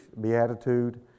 beatitude